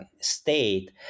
state